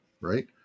right